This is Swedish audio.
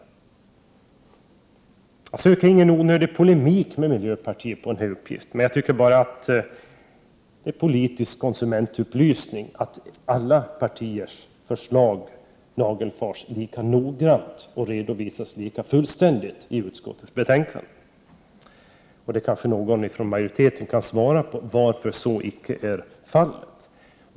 Jag söker inte onödig polemik med miljöpartiet, men jag tycker att det hör till politisk konsumentupplysning att alla partiers förslag nagelfars lika noggrant och redovisas lika fullständigt i utskottens betänkanden. Någon som tillhör utskottsmajoriteten kan kanske svara på varför detta icke blivit fallet.